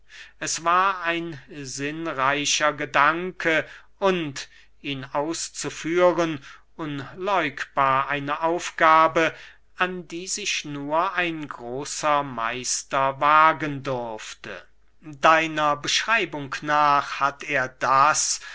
es war ein sinnreicher gedanke und ihn auszuführen unläugbar eine aufgabe an die sich nur ein großer meister wagen durfte deiner beschreibung nach hat er das